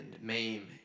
maim